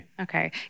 Okay